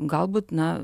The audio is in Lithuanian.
galbūt na